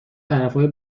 طرفای